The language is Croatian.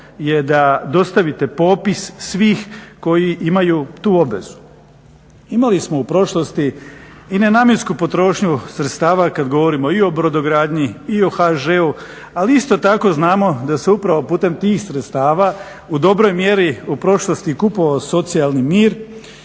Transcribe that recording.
je da dostavite popis svih koji imaju tu obvezu. Imali smo u prošlosti i nenamjensku potrošnju sredstava kad govorimo i o brodogradnji i o HŽ-u, ali isto tako znamo da se upravo putem tih sredstava u dobroj mjeri u prošlosti i kupovao socijalni mir